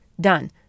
done